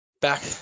back